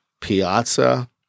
Piazza